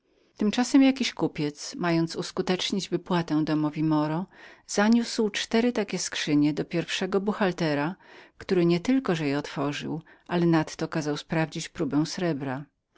tymczasem jakiś kupiec mając uskutecznić znaczne wypłaty domowi moro zaniósł cztery tych skrzyń do pierwszego buchhaltera który nie tylko że je otworzył ale nadto kazał sprawdzić próbę srebra